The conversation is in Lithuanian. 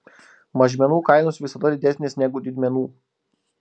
mažmenų kainos visada didesnės negu didmenų